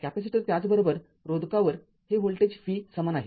capacitor त्याचबरोबर रोधकावर हे व्होल्टेज v समान आहे